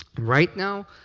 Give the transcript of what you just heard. right now,